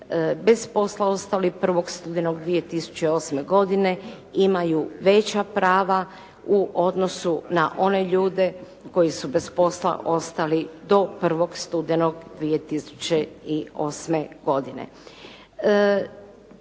bez posla ostali 1. studenog 2008. godine imaju veća prava u odnosu na one ljude koji su bez posla ostali do 1. studenog 2008. godine.